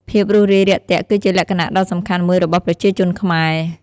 ភាពរួសរាយរាក់ទាក់គឺជាលក្ខណៈដ៏សំខាន់មួយរបស់ប្រជាជនខ្មែរ។